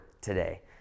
today